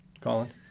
Colin